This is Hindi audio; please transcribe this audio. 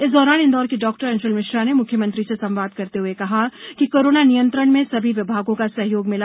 इस दौरान इंदौर की डॉक्टर अंशुल मिश्रा ने मुख्यमंत्री से संवाद करते हुए कहा कि कोरोना नियंत्रण में सभी विभागों का सहयोग मिला